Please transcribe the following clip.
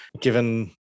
given